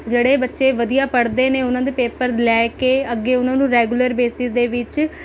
ਜਿਹੜੇ ਬੱਚੇ ਵਧੀਆ ਪੜ੍ਹਦੇ ਨੇ ਉਹਨਾਂ ਦੇ ਪੇਪਰ ਲੈ ਕੇ ਅੱਗੇ ਉਹਨਾਂ ਨੂੰ ਰੈਗੂਲਰ ਬੇਸਿਸ ਦੇ ਵਿੱਚ